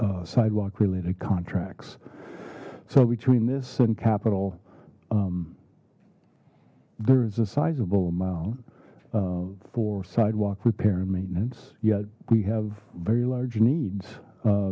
sidewalk related contracts so between this and capital there is a sizable amount for sidewalk repair and maintenance yet we have very large needs